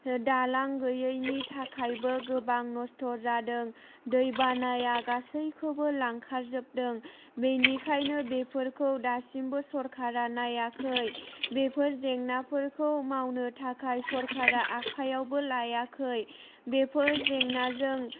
दालां गैयैनि थाखायबो गोबां नस्थ' जादों दैबानाया गासैखौबो लांखार जोबदों बेनिखायनो बेफोरखौ दासिमबो सोरखारा नायाखै बेफोर जेंनाफोरखौ मावनो थाखाय सरखारा आखाइयावबो लायाखै बेफोर जेंनाजों